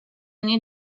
need